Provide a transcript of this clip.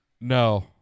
No